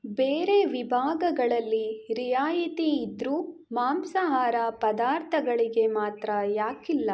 ಬೇರೆ ವಿಭಾಗಗಳಲ್ಲಿ ರಿಯಾಯಿತಿ ಇದ್ದರೂ ಮಾಂಸಾಹಾರ ಪದಾರ್ಥಗಳಿಗೆ ಮಾತ್ರ ಯಾಕಿಲ್ಲ